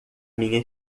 minha